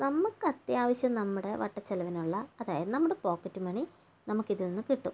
നമുക്ക് അത്യാവശ്യം നമ്മുടെ വട്ടച്ചെലവിനുള്ള അതായത് നമ്മുടെ പോക്കറ്റ് മണി നമുക്കിതിൽ നിന്ന് കിട്ടും